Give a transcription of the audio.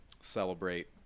celebrate